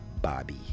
Bobby